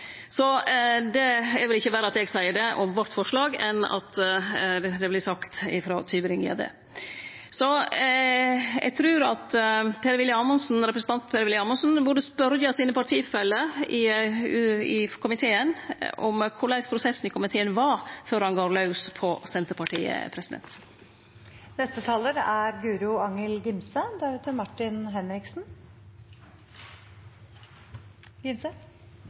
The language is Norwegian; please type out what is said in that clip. Det er vel ikkje verre at eg seier det om vårt forslag, enn at det vert sagt frå Tybring-Gjedde. Eg trur at representanten Per-Willy Amundsen burde spørje sine partifeller i komiteen om korleis prosessen i komiteen var, før han går laus på Senterpartiet.